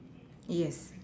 yes